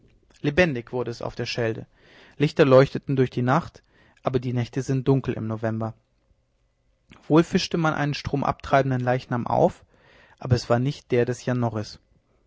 lebendig wurde es auf der schelde lichter leuchteten durch die nacht aber die nächte sind dunkel im november wohl fischte man einen stromab treibenden leichnam auf aber es war nicht der des